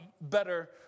better